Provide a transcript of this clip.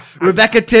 Rebecca